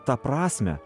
tą prasmę